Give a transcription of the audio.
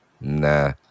Nah